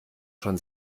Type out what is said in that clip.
schon